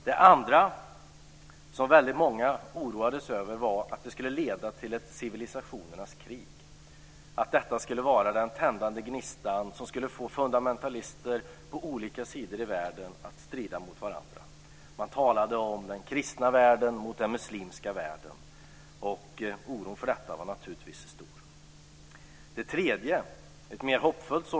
Det andra scenariot, som väldigt många oroades inför, var att terrorattacken skulle leda till ett civilisationernas krig, att detta skulle vara den tändande gnistan som skulle få fundamentalister på olika håll i världen att strida emot varandra. Man talade om den kristna världen mot den muslimska världen. Oron för detta var naturligtvis stor. Det tredje scenariot var kanske mer hoppfullt.